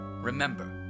Remember